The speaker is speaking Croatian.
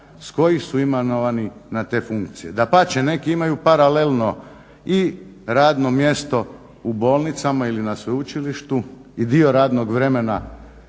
s kojih su imenovani na te funkcije. Dapače, neki imaju paralelno i radno mjesto u bolnicama ili na sveučilištu, i dio radnog vremena